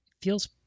feels